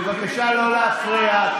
בבקשה לא להפריע.